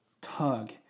tug